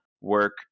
work